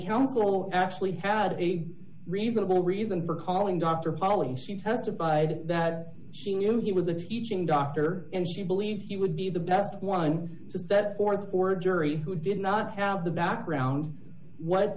helpful actually had a reasonable reason for calling dr pollack she testified that she knew he was a teaching doctor and she believed he would be the best one to set forth for jury who did not have the background what